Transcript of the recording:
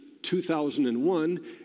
2001